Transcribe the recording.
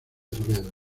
toledo